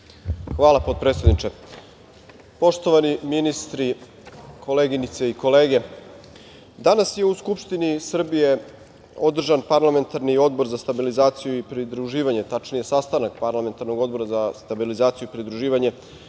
Hvala, potpredsedniče. Poštovani ministri, koleginice i kolege, danas je u Skupštini Srbije održan Parlamentarni odbor za stabilizaciju i pridruživanje, tačnije sastanak Parlamentarnog odbora za stabilizaciju i pridruživanje